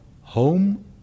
home